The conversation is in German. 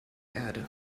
erde